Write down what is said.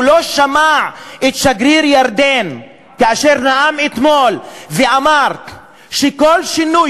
הוא לא שמע את שגריר ירדן אשר נאם אתמול ואמר שכל שינוי